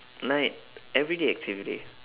like everyday activity